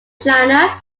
china